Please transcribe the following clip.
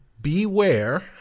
Beware